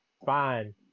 Fine